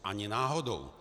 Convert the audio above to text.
Ani náhodou.